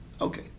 Okay